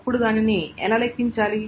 అప్పుడు దానిని ఎలా లెక్కించాలి